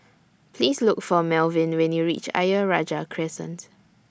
Please Look For Melvyn when YOU REACH Ayer Rajah Crescent